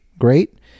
great